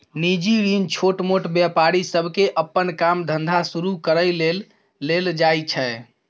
निजी ऋण छोटमोट व्यापारी सबके अप्पन काम धंधा शुरू करइ लेल लेल जाइ छै